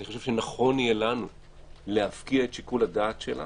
אני חושב שנכון יהיה לנו להפקיע את שיקול הדעת שלה